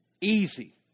Easy